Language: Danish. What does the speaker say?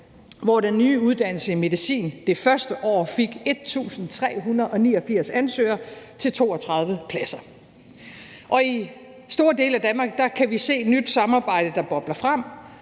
hvor den nye uddannelse i medicin det første år fik 1.389 ansøgere til 32 pladser. Og i store dele af Danmark kan vi se et nyt samarbejde, der bobler frem.